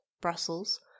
brussels